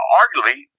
arguably